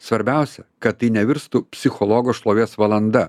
svarbiausia kad tai nevirstų psichologo šlovės valanda